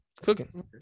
Cooking